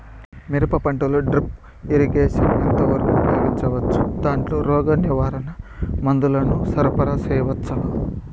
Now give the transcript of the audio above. మిరప పంటలో drip irrigation ఎంత వరకు ఉపయోగించవచ్చు, దాంట్లో రోగ నివారణ మందుల ను సరఫరా చేయవచ్చా?